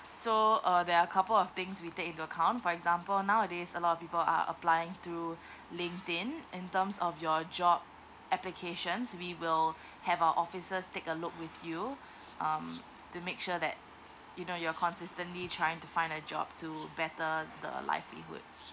so uh there are couple of things we take into account for example nowadays a lot of people are applying through linkedin in terms of your job applications we will have our officers take a look with you um to make sure that you know you're consistently trying to find a job to better the livelihood